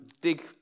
dig